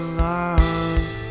love